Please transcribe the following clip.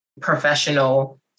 professional